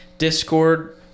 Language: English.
Discord